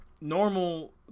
normal